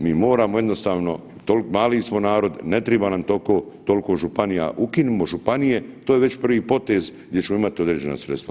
Mi moramo jednostavno, mali smo narod, ne triba nam toliko županija, ukinimo županije to je već prvi potez gdje ćemo imati određena sredstva.